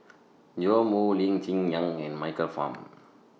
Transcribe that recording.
Joash Moo Lee Cheng Yan and Michael Fam